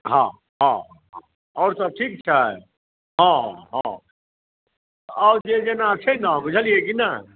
हँ आउ आओर सभ ठीक छै हँ हँ आओर जे जेना छै ने बुझलियै कि नहि